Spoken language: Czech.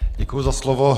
Děkuji za slovo.